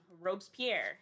Robespierre